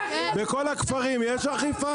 בכל הכפרים יש אכיפה?